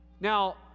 now